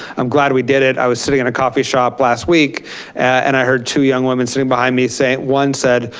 i'm glad we did it. i was sitting in a coffee shop last week and i heard two young woman behind me saying, one said,